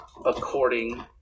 According